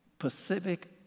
Pacific